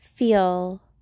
feel